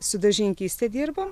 su daržininkyste dirba